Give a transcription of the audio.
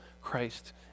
christ